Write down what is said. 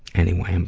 anyway,